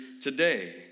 today